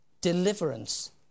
deliverance